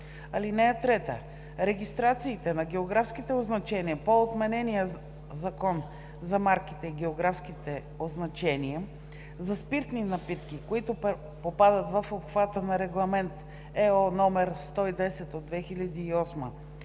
сила. (3) Регистрациите на географските означения по отменения Закон за марките и географските означения за спиртни напитки, които попадат в обхвата на Регламент (ЕО) № 110/2008,